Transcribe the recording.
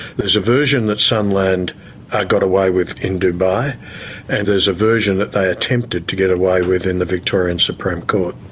there's a version that sunland got away with in dubai and there's a version that they attempted to get away with in the victorian supreme court.